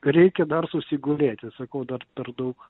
reikia dar susigulėti sakau dar per daug